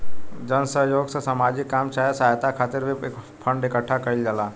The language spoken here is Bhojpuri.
जन सह योग से सामाजिक काम चाहे सहायता खातिर भी फंड इकट्ठा कईल जाला